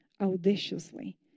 audaciously